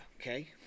okay